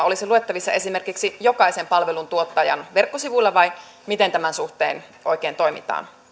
olisi luettavissa esimerkiksi jokaisen palveluntuottajan verkkosivuilla vai miten tämän suhteen oikein toimitaan